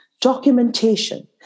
documentation